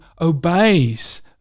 obeys